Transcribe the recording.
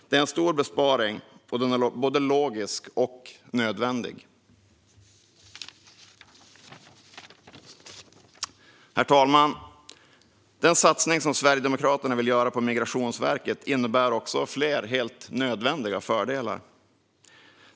Det är en stor besparing som är både logisk och nödvändig. Herr talman! Den satsning som Sverigedemokraterna vill göra på Migrationsverket innebär också fler helt nödvändiga fördelar.